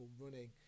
running